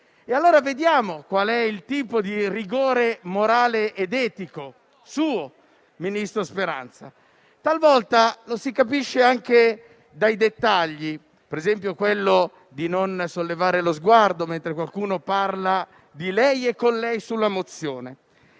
E allora vediamo qual è il suo rigore morale ed etico, ministro Speranza. Talvolta lo si capisce anche dai dettagli, per esempio quello di non sollevare lo sguardo mentre qualcuno parla di lei e con lei sulla mozione.